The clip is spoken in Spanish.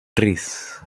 tres